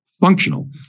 functional